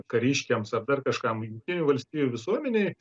kariškiams ar dar kažkam jungtinių valstijų visuomenei